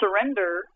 Surrender